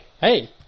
Hey